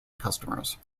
customers